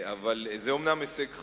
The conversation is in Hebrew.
זה אומנם הישג חשוב,